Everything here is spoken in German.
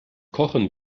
kochen